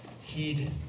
heed